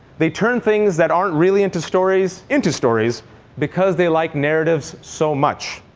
they turn things that aren't really into stories, into stories because they like narratives so much.